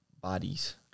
bodies